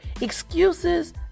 Excuses